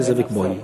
לזאביק בוים,